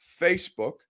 Facebook